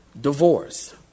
divorce